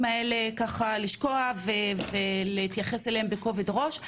האלה לשקוע ולהתייחס אליהם בכובד ראש.